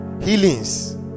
Healings